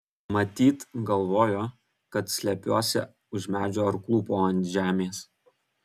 matyt galvojo kad slepiuosi už medžio ar klūpau ant žemės